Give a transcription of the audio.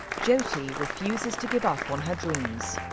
jyoti refuses to give up on her dreams.